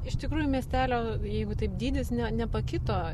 iš tikrųjų miestelio jeigu taip dydis nepakito